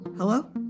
Hello